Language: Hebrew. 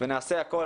ונעשה הכול,